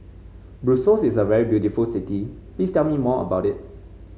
Brussels is a very beautiful city please tell me more about it